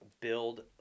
build